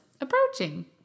approaching